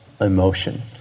emotion